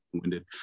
winded